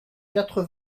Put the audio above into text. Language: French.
quatre